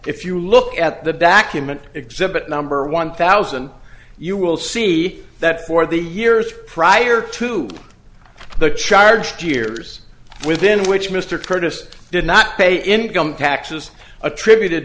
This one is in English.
if you look at the back human exhibit number one thousand you will see that for the years prior to the charge two years within which mr curtis did not pay income taxes attributed